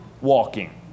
walking